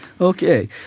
Okay